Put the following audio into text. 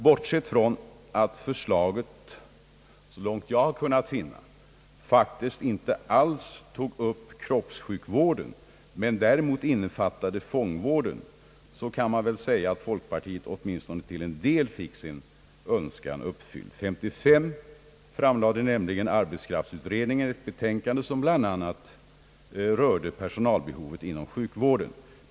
Bortsett från att förslaget — så långt jag har kunnat finna — faktiskt inte alls tog upp kroppssjukvården men däremot innefattade fångvården, så kan man väl säga att folkpartiet åtminstone till en del fick sin önskan uppfylld. År 1955 framlade nämligen arbetskraftsutredningen ett betänkande, som bl.a. rörde personalbehovet inom sjukvården.